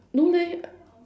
no leh